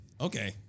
Okay